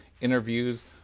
interviews